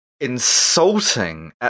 insulting